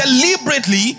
deliberately